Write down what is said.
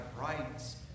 rights